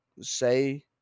say